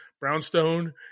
brownstone